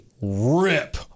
Rip